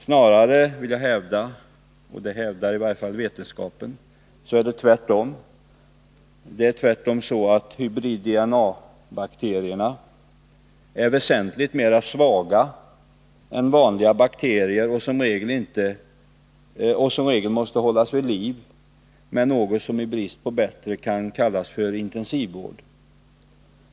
Jag vill snarare hävda — och det hävdar vetenskapen — att det är tvärtom. Hybrid-DNA-bakterierna är väsentligt svagare än vanliga bakterier. Som regel måste de hållas vid liv med något som i brist på bättre uttryck kan kallas för intensivvård.